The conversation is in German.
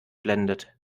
blendet